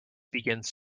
begins